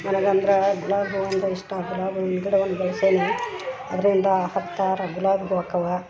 ನನಗಂದ್ರ ಗುಲಾಬಿ ಹೂ ಅಂದ್ರ ಇಷ್ಟ ಗುಲಾಬಿ ಹೂವಿನ ಗಿಡ ಒಂದು ಬೆಳ್ಸೇನಿ ಅದರಿಂದ ಹತ್ತಾರು ಗುಲಾಬಿ ಹೂ ಆಕ್ಕವಾ